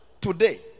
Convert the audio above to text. today